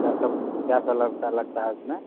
क्या सब क्या क्या लगता लगता है उसमें